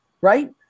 right